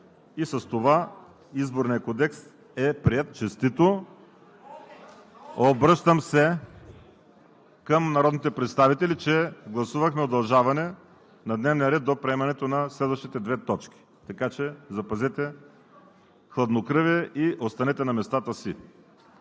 и с това Изборният кодекс е приет. Честито! Обръщам се към народните представители, че гласувахме удължаване на дневния ред до приемането на следващите две точки, така че запазете хладнокръвие и останете на местата си.